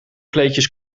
kleedjes